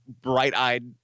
bright-eyed